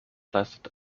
leistet